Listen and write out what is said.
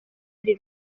iri